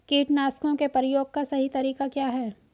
कीटनाशकों के प्रयोग का सही तरीका क्या है?